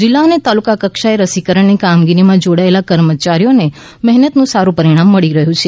જિલ્લા અને તાલુકા કક્ષાએ રસીકરણની કામગીરીમાં જોડાયેલા કર્મચારીઓને મહેનતને સાટું પરિણામ મળી રહ્યું છે